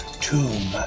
Tomb